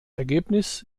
ergebnis